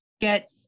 get